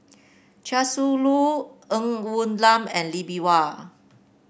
Chia Shi Lu Ng Woon Lam and Lee Bee Wah